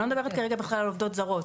אני לא מדברת כרגע בכלל על עובדות זרות,